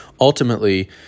ultimately